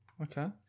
Okay